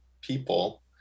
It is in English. people